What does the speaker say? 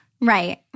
Right